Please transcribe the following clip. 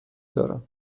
دارم